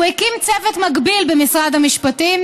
הוא הקים צוות מקביל במשרד המשפטים